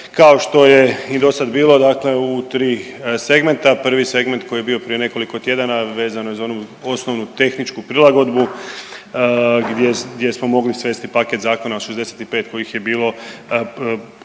kao što je i dosad bilo, dakle u 3 segmenta, 1. segment koji je bio prije nekoliko tjedana, vezan uz onu osnovnu tehničku prilagodbu, gdje smo mogli sresti paket zakona od 65 kojih je bilo